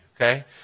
Okay